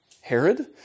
Herod